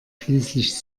schließlich